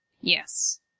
Yes